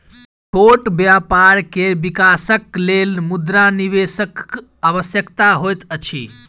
छोट व्यापार के विकासक लेल मुद्रा निवेशकक आवश्यकता होइत अछि